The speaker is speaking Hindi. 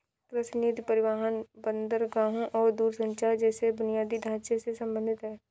कृषि नीति परिवहन, बंदरगाहों और दूरसंचार जैसे बुनियादी ढांचे से संबंधित है